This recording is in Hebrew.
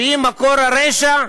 שהיא מקור הרשע,